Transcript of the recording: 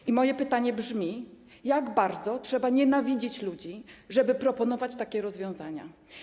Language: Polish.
I moje pytanie brzmi: Jak bardzo trzeba nienawidzić ludzi, żeby proponować takie rozwiązania?